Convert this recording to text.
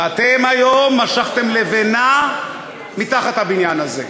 ואתם היום משכתם לבנה מתחת לבניין הזה,